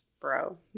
Bro